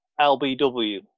LBW